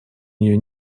нее